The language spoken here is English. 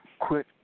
Quit